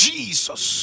Jesus